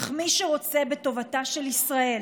אך מי שרוצה בטובתה של ישראל,